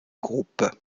groupe